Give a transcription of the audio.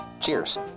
Cheers